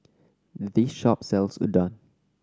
this shop sells Udon